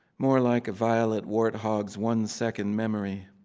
more like a violet warthog's one-second memory.